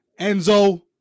Enzo